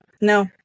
No